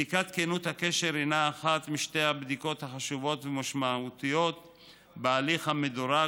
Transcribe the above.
בדיקת כנות הקשר הינה אחת משתי הבדיקות החשובות והמשמעותיות בהליך המדורג